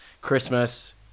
Christmas